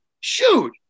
Shoot